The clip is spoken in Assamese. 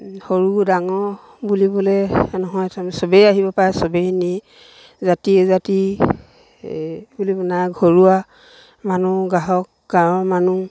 সৰু ডাঙৰ বুলিবলৈ নহয় তাৰমানে চবেই আহিব পাৰে চবে ইনেই জাতি অজাতি এই বুলিবলৈ নাই ঘৰুৱা মানুহ গ্ৰাহক গাঁৱৰ মানুহ